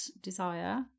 Desire